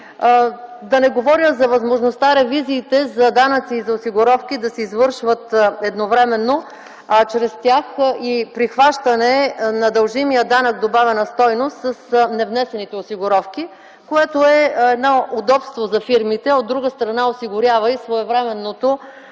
Да не говоря за възможността ревизиите за данъци и за осигуровки да се извършват едновременно, а чрез тях и прихващане на дължимия данък добавена стойност с невнесените осигуровки, което е едно удобство за фирмите, а от друга страна осигурява и своевременното